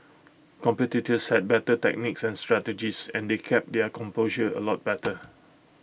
competitors said better techniques and strategies and they kept their composure A lot better